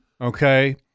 Okay